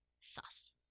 sauce